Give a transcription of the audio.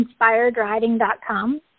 inspiredriding.com